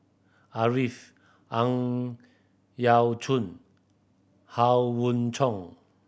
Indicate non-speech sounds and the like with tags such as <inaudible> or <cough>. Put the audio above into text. Arifin Ang Yau Choon Howe <unintelligible> Chong